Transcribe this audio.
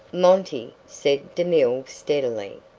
monty, said demille steadily,